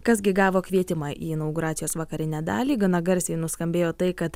kas gi gavo kvietimą į inauguracijos vakarinę dalį gana garsiai nuskambėjo tai kad